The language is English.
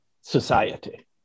society